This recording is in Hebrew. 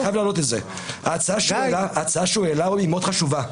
ההצעה שהוא העלה מאוד חשובה.